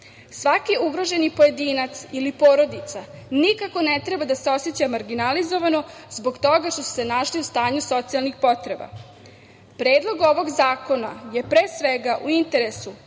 ugroženi pojedinac ili porodica nikako ne treba da se oseća marginalizovano zbog toga što su se našli u stanju socijalnih potreba. Predlog ovog zakona je pre svega u interesu